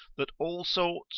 that all sorts,